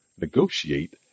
negotiate